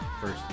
First